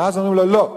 ואז אומרים לו: לא,